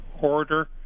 order